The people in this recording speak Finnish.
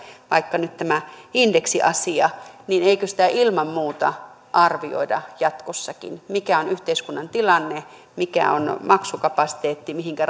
vaikka nyt tämä indeksiasia niin eikö sitä ilman muuta arvioida jatkossakin mikä on yhteiskunnan tilanne mikä on maksukapasiteetti mihinkä